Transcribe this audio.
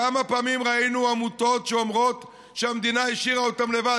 כמה פעמים ראינו עמותות שאומרות שהמדינה השאירה אותן לבד?